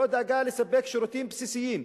לא דאגה לספק שירותים בסיסיים,